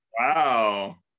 Wow